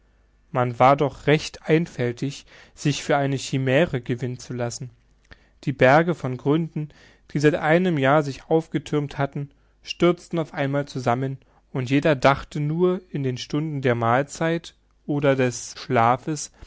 man war doch recht einfältig sich für eine chimäre gewinnen zu lassen die berge von gründen die seit einem jahre sich aufgethürmt hatten stürzten auf einmal zusammen und jeder dachte nur in den stunden der mahlzeit oder des schlafes